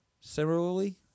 similarly